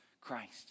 Christ